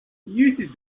uses